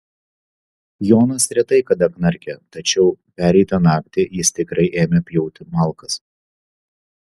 jonas retai kada knarkia tačiau pereitą naktį jis tikrai ėmė pjauti malkas